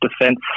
defense